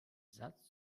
satz